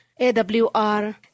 AWR